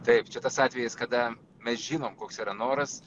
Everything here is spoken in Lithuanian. taip čia tas atvejis kada mes žinom koks yra noras